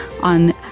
on